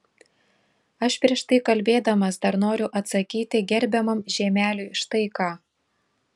aš prieš tai kalbėdamas dar noriu atsakyti gerbiamam žiemeliui štai ką